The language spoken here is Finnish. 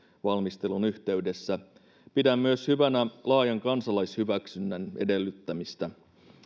valmistelun yhteydessä pidän hyvänä myös laajan kansalaishyväksynnän edellyttämistä